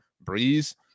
Breeze